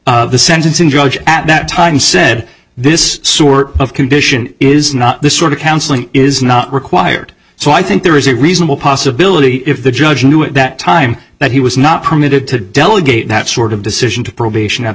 the sentencing judge at that time said this sort of condition is not the sort of counseling is not required so i think there is a reasonable possibility if the judge knew at that time that he was not permitted to delegate that sort of decision to probation at